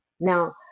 Now